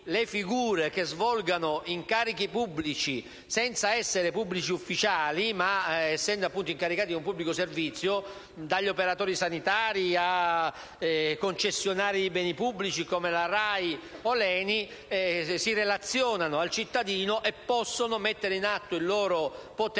le figure che svolgono incarichi pubblici senza essere pubblici ufficiali, ma incaricati di un pubblico servizio, dagli operatori sanitari a concessionari di beni pubblici (come la RAI o l'ENI), si relazionano con il cittadino e con il loro potere